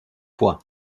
fois